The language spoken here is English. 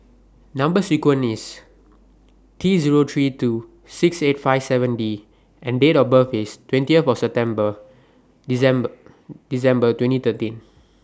Number sequence IS T Zero three two six eight five seven D and Date of birth IS twentieth September December twenty thirteen